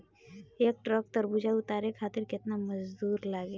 एक ट्रक तरबूजा उतारे खातीर कितना मजदुर लागी?